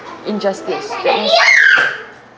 injustice